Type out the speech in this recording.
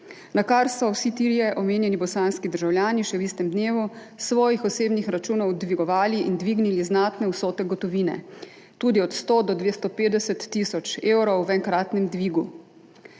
nakar so vsi trije omenjeni bosanski državljani še v istem dnevu s svojih osebnih računov dvignili znatne vsote gotovine, tudi od 100 do 250 tisoč evrov v enkratnem dvigu.